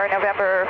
November